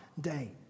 day